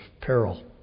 peril